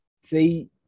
See